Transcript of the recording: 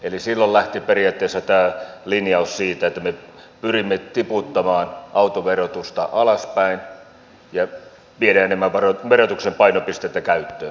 eli silloin lähti periaatteessa tämä linjaus siitä että me pyrimme tiputtamaan autoverotusta alaspäin ja viemään verotuksen painopistettä käyttöön